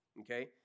Okay